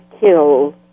kill